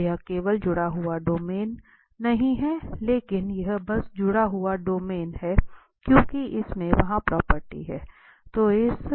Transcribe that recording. तो यह केवल जुड़ा हुआ डोमेन नहीं है लेकिन यह बस जुड़ा हुआ डोमेन है क्योंकि इसमें वह प्रॉपर्टी है